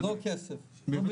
לא ביטוח.